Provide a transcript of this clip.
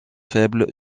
faible